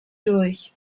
durch